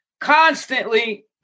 constantly